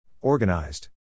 Organized